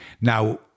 Now